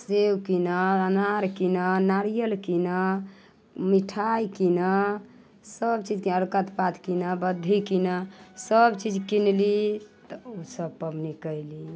सेब कीनऽ अनार कीनऽ नारियल कीनऽ मिठाइ कीनऽ सब चीजके अरतक पात कीनऽ बद्धी कीनऽ सब चीज कीनली तऽ ओ सब पबनी कयली